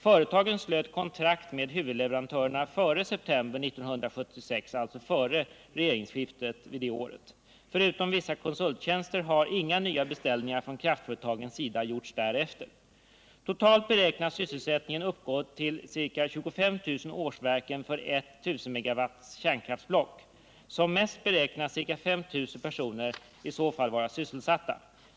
Företagen slöt kontrakt med huvudleverantörerna före september 1976, alltså före regeringsskiftet detta år. Förutom vissa konsulttjänster har inga nya beställningar från kraftföretagens sida gjorts därefter. Totalt beräknas sysselsättningen uppgå till 25 000 årsverken för ett 1 000 MW kärnkraftsblock. Som mest beräknas ca 5 000 personer vara sysselsatta.